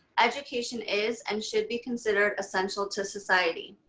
education is and should be considered essential to society.